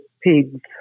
pigs